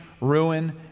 ruin